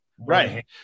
Right